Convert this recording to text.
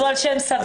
הוא על שם סבי.